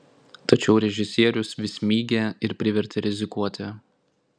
tačiau režisierius vis mygė ir privertė rizikuoti